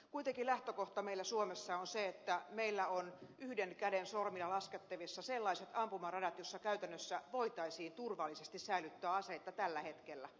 kuitenkin lähtökohta meillä suomessa on se että meillä on yhden käden sormilla laskettavissa sellaiset ampumaradat joilla käytännössä voitaisiin turvallisesti säilyttää aseita tällä hetkellä